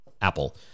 Apple